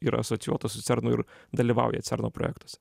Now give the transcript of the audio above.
yra asocijuotos su cernu ir dalyvauja cerno projektuose